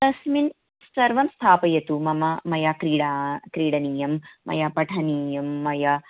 तस्मिन् सर्वं स्थापयतु मम मया क्रीडा क्रीडनीयं मया पठनीयं मया